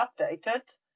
updated